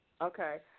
Okay